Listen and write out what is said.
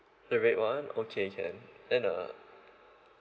the red one okay can then uh